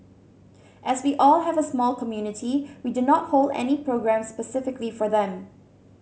as we all have a small community we do not hold any programmes specifically for them